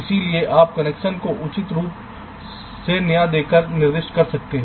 इसलिए आप कलेक्शन को उचित रूप से नाम देकर निर्दिष्ट कर सकते हैं